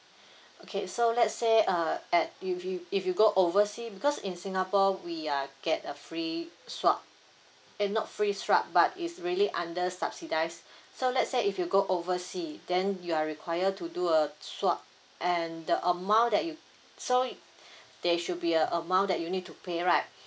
okay so let's say uh at if you go overseas because in singapore we are get a free swab eh not free swab but it's really under subsidised so let's say if you go overseas then you are required to do a swab and the amount that you so there should be an amount that you need to pay right